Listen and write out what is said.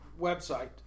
website